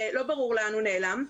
לא ברור לאן הוא נעלם,